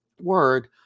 word